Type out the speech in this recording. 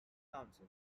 council